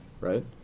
right